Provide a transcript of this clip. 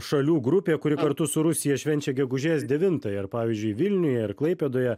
šalių grupė kuri kartu su rusija švenčia gegužės devintąją ir pavyzdžiui vilniuje ar klaipėdoje